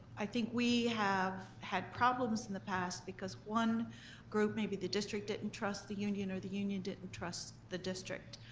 i think we have had problems in the past, because one group, maybe the district didn't and trust the union or the union didn't trust the district.